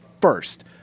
first